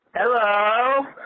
Hello